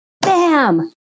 bam